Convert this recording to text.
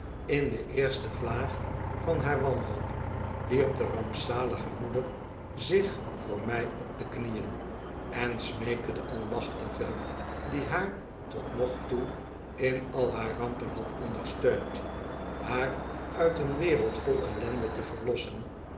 in de eerste vlaag van haar wanhoop wierp de rampzalige moeder zich voor mij op de knieen en smeekte den almachtige die haar tot nog toe in al haar rampen had ondersteund haar uit een wereld vol ellende te verlossen